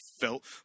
felt